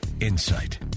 insight